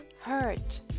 hurt